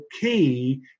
key